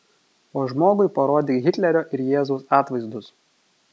o žmogui parodyk hitlerio ir jėzaus atvaizdus